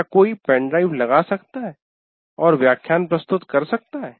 क्या कोई pen drive लगा सकता है और व्याख्यान प्रस्तुत कर सकता है